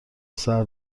پسر